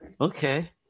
Okay